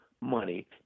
money